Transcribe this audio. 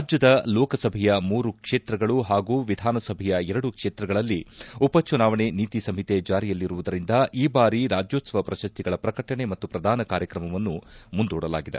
ರಾಜ್ಯದ ಲೋಕಸಭೆಯ ಮೂರು ಕ್ಷೇತ್ರಗಳು ಹಾಗೂ ವಿಧಾನಸಭೆಯ ಎರಡು ಕ್ಷೇತ್ರಗಳಲ್ಲಿ ಉಪಚುನಾವಣೆ ನೀತಿ ಸಂಹಿತೆ ಜಾರಿಯಲ್ಲಿರುವುದರಿಂದ ಈ ಬಾರಿ ರಾಜ್ಯೋತ್ಸವ ಪ್ರಶಸ್ತಿಗಳ ಪ್ರಕಟಣ ಮತ್ತು ಪ್ರದಾನ ಕಾರ್ಯಕ್ರಮವನ್ನು ಮುಂದೂಡಲಾಗಿದೆ